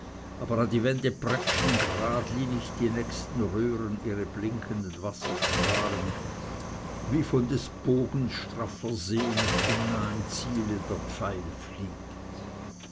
aber an die wände prätschten gradlinicht die nächsten röhren ihre blinkenden wasserstrahlen wie von des bogens straffer sehne zum nahen ziele der pfeil fliegt